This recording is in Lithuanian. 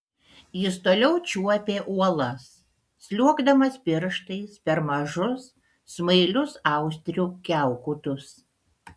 jis toliau čiuopė uolas sliuogdamas pirštais per mažus smailius austrių kiaukutus